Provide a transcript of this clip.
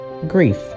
grief